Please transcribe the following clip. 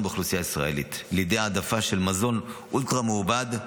באוכלוסייה הישראלית על ידי העדפה של מזון אולטרה מעובד,